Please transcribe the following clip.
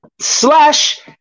slash